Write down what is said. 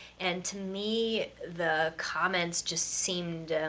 and to me, the comments just seemed,